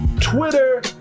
Twitter